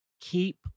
Keep